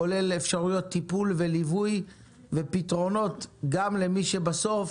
כולל אפשרויות טיפול וליווי ופתרונות גם למי שבסוף